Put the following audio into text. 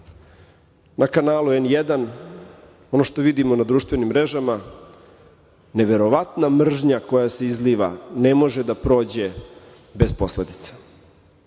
na kanalu N1, ono što vidimo na društvenim mrežama, neverovatna mržnja koja se izliva, ne može da prođe bez posledica,